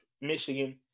Michigan